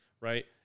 right